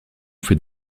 fait